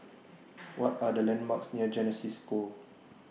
What Are The landmarks near Genesis School